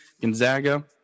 Gonzaga